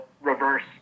reverse